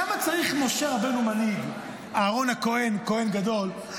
למה צריך משה רבנו מנהיג, אהרן הכהן, כהן גדול?